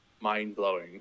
mind-blowing